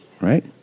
Right